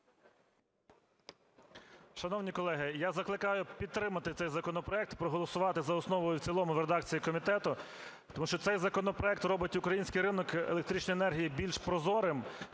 Шановні колеги, я закликаю підтримати цей законопроект, проголосувати за основу і в цілому в редакції комітету. Тому що цей законопроект робить український ринок електричної енергії більш прозорим,